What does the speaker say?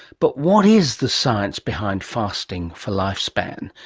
but what is the science behind fasting for lifespan,